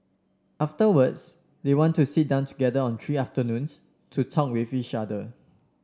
afterwards they want to sit down together on three afternoons to talk with each other